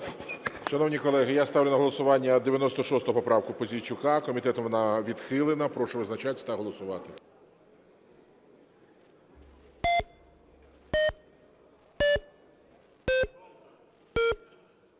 Шановні колеги, я ставлю на голосування 96 поправку Пузійчука. Комітетом вона відхилена. Прошу визначатися та голосувати.